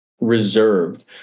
reserved